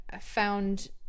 found